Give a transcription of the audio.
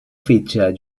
fitxa